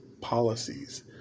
policies